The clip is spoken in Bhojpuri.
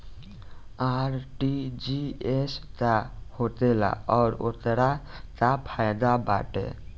आर.टी.जी.एस का होखेला और ओकर का फाइदा बाटे?